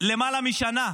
למעלה משנה,